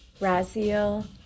Raziel